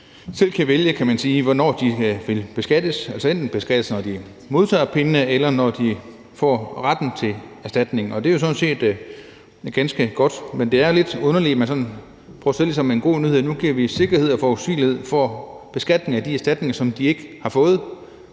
selv kan vælge, hvornår de vil beskattes, altså enten beskattes, når de modtager pengene, eller når de får retten til erstatningen. Det er jo sådan set ganske godt. Men det er lidt underligt, at man sådan prøver at sælge det som en god nyhed, altså at nu giver vi sikkerhed og forudsigelighed for beskatning af de erstatninger, som de ikke har fået.